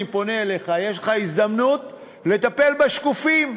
אני פונה אליך: יש לך הזדמנות לטפל בשקופים,